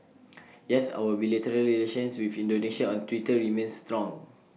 yes our bilateral relations with Indonesia on Twitter remains strong